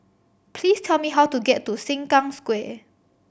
please tell me how to get to Sengkang Square